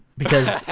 because